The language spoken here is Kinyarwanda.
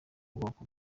bwoko